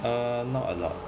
err not a lot